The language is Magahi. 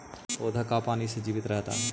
पौधा का पाने से जीवित रहता है?